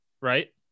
right